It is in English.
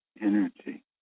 energy